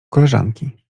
koleżanki